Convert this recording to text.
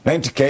90K